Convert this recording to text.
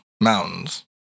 Mountains